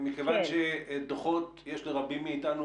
מכיוון שדוחות יש לרבים מאיתנו,